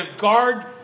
Guard